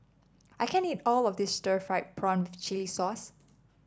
I can't eat all of this Stir Fried Prawn Chili Sauce